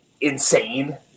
insane